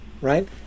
Right